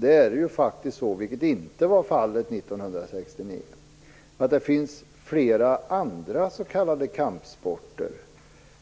Det är ju faktiskt så i dag - vilket inte var fallet 1969 - att det finns flera andra s.k. kampsporter